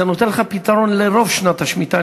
זה נותן לך פתרון לרוב שנת השמיטה,